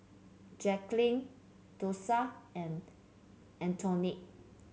Jacklyn Dosha and Antoine